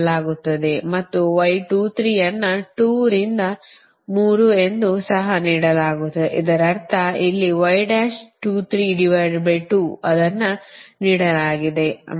ಮತ್ತು Y 23 ಅನ್ನು 2 ರಿಂದ 3 ಎಂದು ಸಹ ನೀಡಲಾಗುತ್ತದೆ ಇದರರ್ಥ ಇಲ್ಲಿ ಅದನ್ನು ನೀಡಲಾಗಿದೆ ಅಂದರೆ j 0